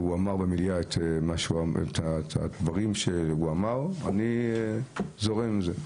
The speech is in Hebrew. הוא אמר במליאה את מה שאמר, ואני זורם עם זה.